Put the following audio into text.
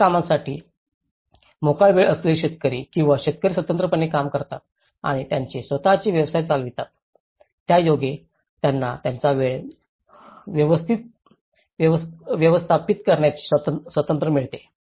इतर कामांसाठी मोकळा वेळ असलेले शेतकरी आणि शेतकरी स्वतंत्रपणे काम करतात आणि त्यांचे स्वत चे व्यवसाय चालवतात ज्यायोगे त्यांना त्यांचा वेळ व्यवस्थापित करण्याची स्वातंत्र्य मिळते